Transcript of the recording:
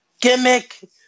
Gimmick